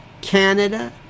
Canada